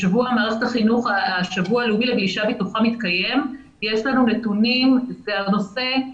השבוע הלאומי לגלישה בטוחה מתקיים ויש לנו נתונים הכי